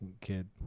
kid